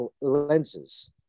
lenses